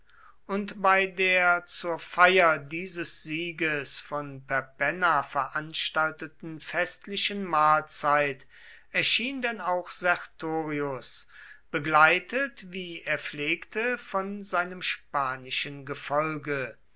und bei der zur feier dieses sieges von perpenna veranstalteten festlichen mahlzeit erschien denn auch sertorius begleitet wie er pflegte von seinem spanischen gefolge